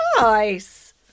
nice